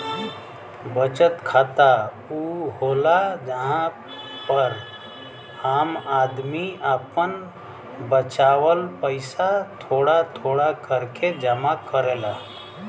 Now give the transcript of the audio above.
बचत खाता ऊ होला जहां पर आम आदमी आपन बचावल पइसा थोड़ा थोड़ा करके जमा करेला